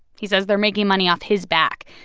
he says they're making money off his back.